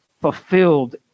fulfilled